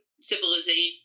civilization